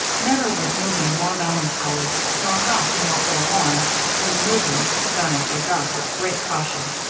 never was moving more melancholy nor house more forlorn when the moving, done after dark with great caution,